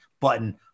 button